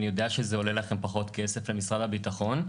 אני יודע שזה עולה לכם פחות, למשרד הביטחון.